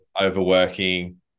overworking